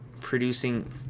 producing